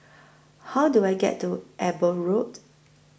How Do I get to Eber Road